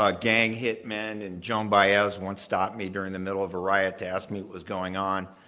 ah gang hitmen, and joan baez once stopped me during the middle of a riot to ask me what was going on.